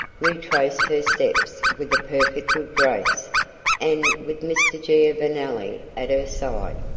retraced her steps with a perfect good grace and with mr. giovanelli at her side.